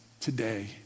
Today